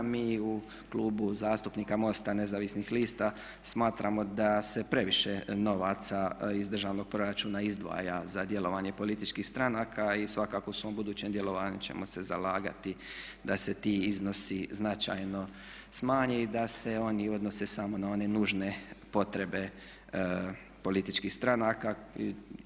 Mi u Klubu zastupnika MOST-a nezavisnih lista smatramo da se previše novaca iz državnog proračuna izdvaja za djelovanje političkih stranaka i svakako u svom budućem djelovanju ćemo se zalagati da se ti iznosi značajno smanje i da se oni odnose samo na one nužne potrebe političkih stranaka.